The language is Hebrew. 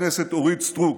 חברת הכנסת אורית סטרוק,